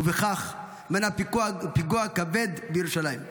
ובכך מנע פיגוע כבד בירושלים.